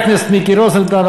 חבר הכנסת מיקי רוזנטל,